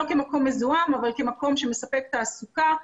לא כמקום מזוהם אלא כמקום שמספק תעסוקה,